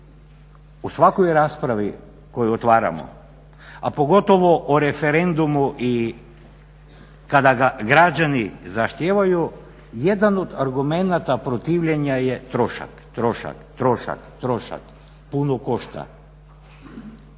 u svakoj raspravi koju otvaramo, a pogotovo o referendumu i kada ga građani zahtijevaju jedan od argumenata protivljenja je trošak, trošak, trošak, puno košta.